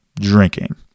drinking